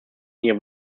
near